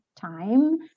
time